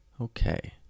Okay